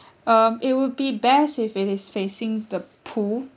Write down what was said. um it would be best if it is facing the pool